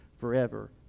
forever